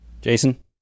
Jason